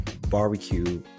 barbecue